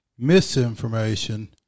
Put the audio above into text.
misinformation